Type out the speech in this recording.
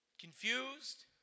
confused